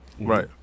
Right